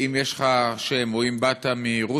אם יש לך שם, או אם באת מרוסיה,